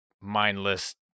mindless